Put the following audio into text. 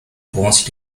provinces